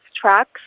tracks